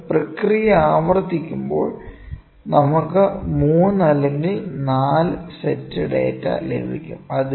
നിങ്ങൾ പ്രക്രിയ ആവർത്തിക്കുമ്പോൾ നമുക്ക് 3 അല്ലെങ്കിൽ 4 സെറ്റ് ഡാറ്റ ലഭിക്കും